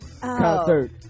concert